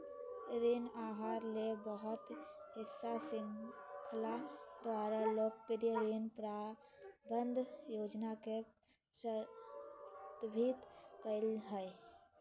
ऋण आहार ले बहु हिस्सा श्रृंखला द्वारा लोकप्रिय ऋण प्रबंधन योजना के संदर्भित करय हइ